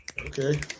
Okay